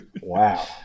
Wow